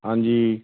ਹਾਂਜੀ